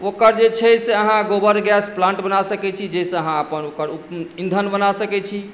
ओकर जे छै से अहाँ गोबर गैस प्लांट बना सकै छी जाहिसॅं अहाँ अपन ओकर ईंधन बना सकै छी